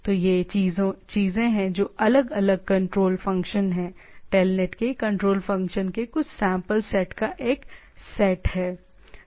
तो ये चीजें हैं जो अलग अलग कंट्रोल फंक्शन हैं TELNET के कंट्रोल फंक्शन के कुछ सैंपल सेट का एक सेट है